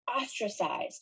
ostracized